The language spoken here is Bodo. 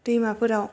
दैमाफोराव